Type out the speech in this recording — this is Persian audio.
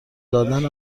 دادن